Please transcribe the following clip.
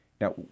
Now